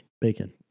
bacon